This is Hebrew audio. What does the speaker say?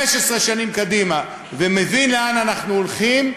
15 שנים קדימה ומבין לאן אנחנו הולכים,